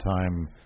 time